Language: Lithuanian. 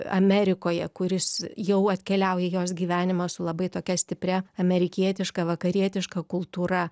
amerikoje kuris jau atkeliauja į jos gyvenimą su labai tokia stipria amerikietiška vakarietiška kultūra